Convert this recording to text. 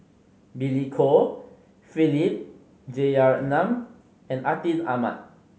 Billy Koh Philip Jeyaretnam and Atin Amat